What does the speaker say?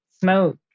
smoke